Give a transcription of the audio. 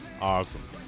Awesome